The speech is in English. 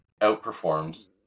outperforms